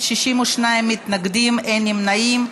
אילן גילאון,